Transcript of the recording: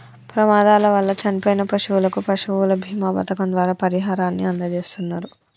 ప్రమాదాల వల్ల చనిపోయిన పశువులకు పశువుల బీమా పథకం ద్వారా పరిహారాన్ని అందజేస్తున్నరు